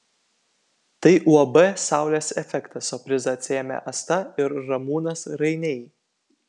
tai uab saulės efektas o prizą atsiėmė asta ir ramūnas rainiai